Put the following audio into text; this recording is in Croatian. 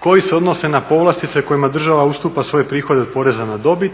koji se odnose na povlastice kojima država ustupa svoje prihode od poreza na dobit